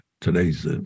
Today's